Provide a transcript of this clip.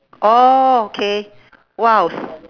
orh okay !wow!